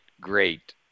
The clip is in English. great